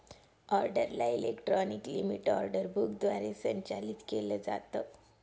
ऑर्डरला electronic limit order book द्वारे संचालित केलं जातं